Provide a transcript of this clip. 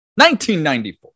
1994